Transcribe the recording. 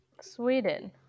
Sweden